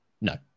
No